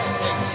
six